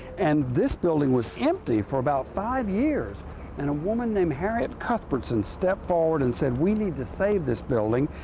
and this building was empty for about five years and a woman named harriet cuthbertson stepped forward and said, we need to save this building.